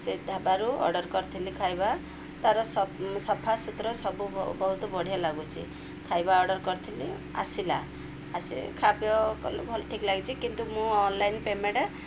ସେ ଢାବାରୁ ଅର୍ଡ଼ର୍ କରିଥିଲି ଖାଇବା ତା'ର ସଫାସୁୁତୁରା ସବୁ ବହୁତ ବଢ଼ିଆ ଲାଗୁଛି ଖାଇବା ଅର୍ଡ଼ର୍ କରିଥିଲି ଆସିଲା ଆସ ଖାଇବା ପିଇବା କଲେ ଭଲ ଠିକ୍ ଲାଗିଛି କିନ୍ତୁ ମୁଁ ଅନଲାଇନ୍ ପେମେଣ୍ଟ